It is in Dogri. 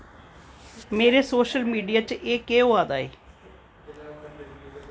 मेरे सोशल मीडिया च एह् केह् होआ दा ऐ